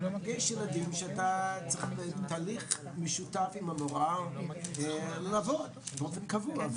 יש ילדים שאתה צריך עבור אותו בתהליך משותף עם המורה באופן קבוע.